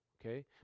okay